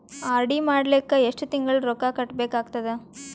RD ಮಾಡಲಿಕ್ಕ ಎಷ್ಟು ತಿಂಗಳ ರೊಕ್ಕ ಕಟ್ಟಬೇಕಾಗತದ?